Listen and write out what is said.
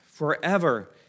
Forever